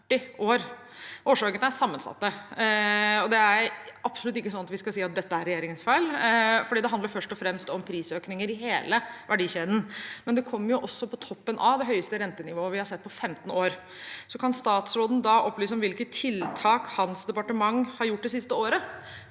Årsakene er sammensatte. Det er absolutt ikke sånn at vi skal si at dette er regjeringens feil, for det handler først og fremst om prisøkninger i hele verdikjeden, men det kommer på toppen av det høyeste rentenivået vi har sett på 15 år. Kan statsråden opplyse om hvilke tiltak hans departement har gjort det siste året